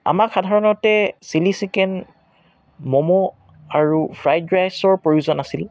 আমাক সাধাৰণতে chilli chicken momo আৰু ফ্ৰাইড ৰাইচৰ প্ৰয়োজন আছিল